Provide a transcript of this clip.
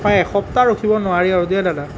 প্ৰায় এসপ্তাহ ৰখিব নোৱাৰি আৰু দেই দাদা